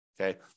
Okay